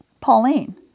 Pauline